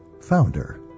founder